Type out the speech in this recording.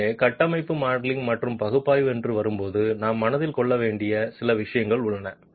எனவே கட்டமைப்பு மாடலிங் மற்றும் பகுப்பாய்வு என்று வரும்போது நாம் மனதில் கொள்ள வேண்டிய சில விஷயங்கள் உள்ளன